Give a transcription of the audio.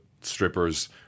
strippers